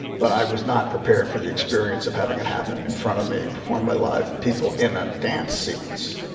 but i was not prepared for the experience of having it happen in front of me for my life. people in a dance sequence,